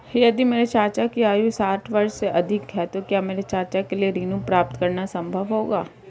यदि मेरे चाचा की आयु साठ वर्ष से अधिक है तो क्या मेरे चाचा के लिए ऋण प्राप्त करना संभव होगा?